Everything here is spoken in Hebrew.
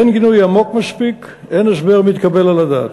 אין גינוי עמוק מספיק, אין הסבר מתקבל על הדעת.